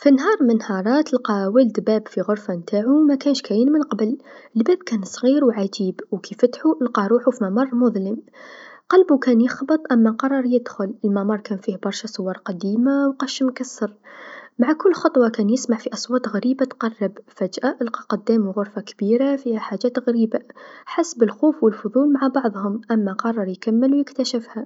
في نهار من نهارات لقى طفل باب في الغرفه نتاعو مكانش كاين من قبل، الباب كان صغير و عجيب